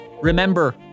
Remember